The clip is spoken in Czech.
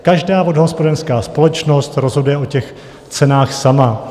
Každá vodohospodářská společnost rozhoduje o těch cenách sama.